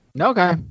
Okay